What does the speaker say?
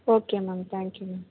okay ma'am thank you ma'am